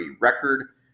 record